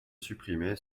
supprimez